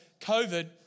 COVID